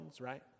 right